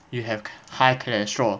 you have high cholesterol